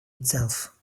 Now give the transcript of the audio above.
itself